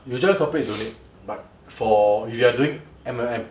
you join corporate don't need but for if you're doing M_L_M